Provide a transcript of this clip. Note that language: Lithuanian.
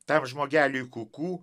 tam žmogeliui kuku